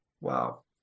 Wow